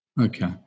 Okay